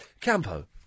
Campo